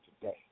today